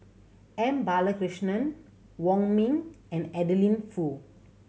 M Balakrishnan Wong Ming and Adeline Foo